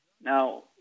Now